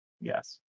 Yes